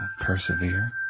persevere